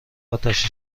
آتش